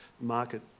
market